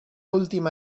última